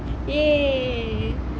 !yay!